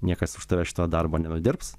niekas už tave šito darbo nenudirbs